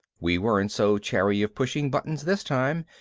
we weren't so chary of pushing buttons this time,